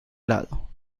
lado